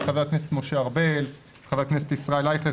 חבר הכנסת משה ארבל וחבר הכנסת ישראל אייכלר,